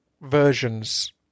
versions